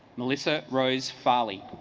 melissa rose farley